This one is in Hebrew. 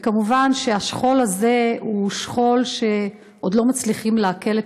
מובן שהשכול הזה הוא שכול שעוד לא מצליחים לעכל,